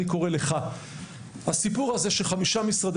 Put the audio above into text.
אני קורא לך הסיפור הזה שחמישה משרדי